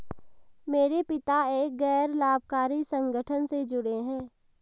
मेरे पिता एक गैर लाभकारी संगठन से जुड़े हैं